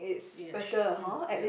yes uh ya